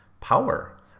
power